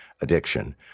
addiction